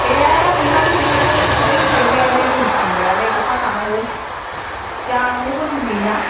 दे अन्नानै बेलाय थाइथाम थाइब्रैयालाय जों फानग्रायालाय हरफाखानांगौ जानोबो लुबैयोना